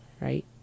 right